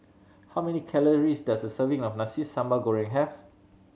how many calories does a serving of Nasi Sambal Goreng have